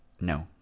No